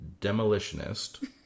demolitionist